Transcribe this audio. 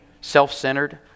self-centered